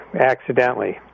accidentally